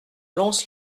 lons